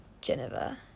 Geneva